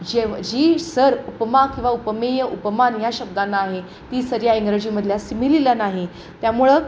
जेव जी सर उपमा किंवा उपमेय उपमान या शब्दांना आहे ती सर या इंग्रजीमधल्या सिमिलीला नाही त्यामुळं